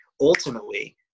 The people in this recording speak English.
ultimately